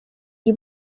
iri